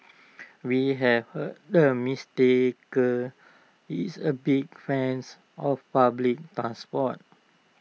we have heard the mistaker is A big fans of public transport